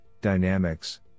dynamics